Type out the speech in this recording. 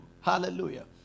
Hallelujah